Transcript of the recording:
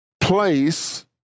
place